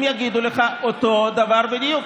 הם יגידו לך אותו דבר בדיוק,